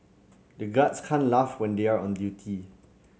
the guards can't laugh when they are on duty